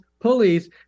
pulleys